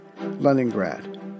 Leningrad